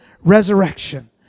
resurrection